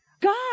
God